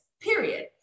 period